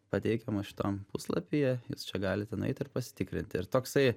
pateikiamos šitam puslapyje jūs čia galite nueiti ir pasitikrinti ir toksai